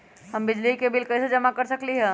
हम बिजली के बिल कईसे जमा कर सकली ह?